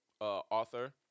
author